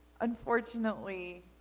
unfortunately